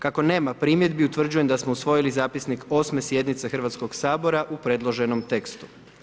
Kako nema primjedbi utvrđujem da smo usvojili zapisnik 8. sjednice Hrvatskog sabora u predloženom tekstu.